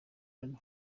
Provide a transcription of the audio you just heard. alyn